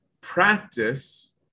practice